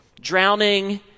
drowning